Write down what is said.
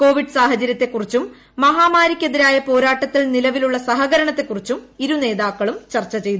Covid സാഹചരൃത്തെക്കുറിച്ചും മഹാമാരിക്കെതിരായ പോരാട്ടത്തിൽ നിലവിലുള്ള സഹകരണത്തെ ക്കുറിച്ചും ഇരുനേതാക്കളും ചർച്ച ചെയ്തു